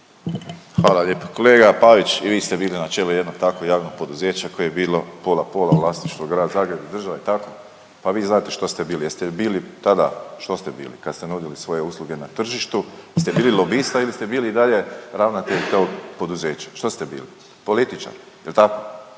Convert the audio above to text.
Hvala lijepo kolega Pavić. I vi ste bili na čelu jednog takvog javnog poduzeća koje je bilo pola-pola, vlasništvo Grad Zagreb, država, i tako pa vi znate što ste bili, jeste bili tada što ste bili kad ste nudili svoje usluge na tržištu, jeste bili lobista ili ste bili i dalje ravnatelj tog poduzeća, što ste bili? Političar, je li tako?